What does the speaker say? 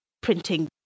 printing